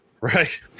Right